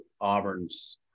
Auburn's